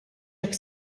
hekk